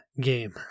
game